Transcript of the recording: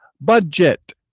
budget